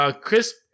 crisp